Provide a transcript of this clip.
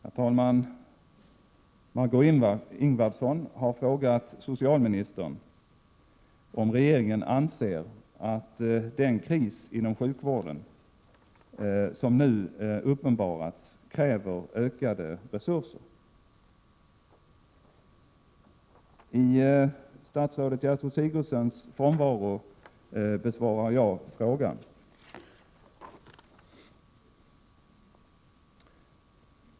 Herr talman! I statsrådet Gertrud Sigurdsens frånvaro besvarar jag frågan.